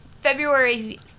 February